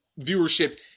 viewership